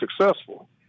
successful